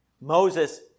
Moses